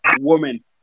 woman